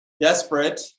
desperate